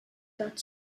about